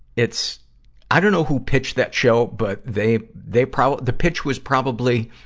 it's i don't know who pitched that show, but they, they prob the pitch was probably,